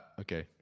okay